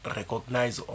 recognize